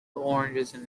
oranges